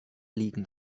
liegen